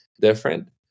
Different